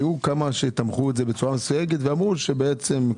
היו כמה שתמכו את זה בצורה מסוימת ואמרו שבעצם,